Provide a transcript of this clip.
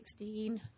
2016